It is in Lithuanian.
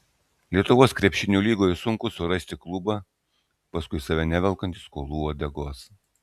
lietuvos krepšinio lygoje sunku surasti klubą paskui save nevelkantį skolų uodegos